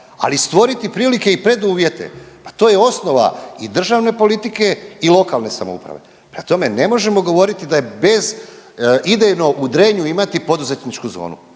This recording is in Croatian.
ali stvoriti prilike i preduvjete pa to je osnova i državne politike i lokalne samouprave. Prema tome ne možemo govoriti da je bezidejno u Drenju imati poduzetničku zonu.